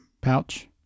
pouch